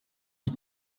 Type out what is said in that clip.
die